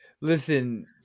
Listen